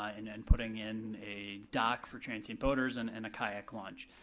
ah and then putting in a dock for transient boaters and and a kayak launch.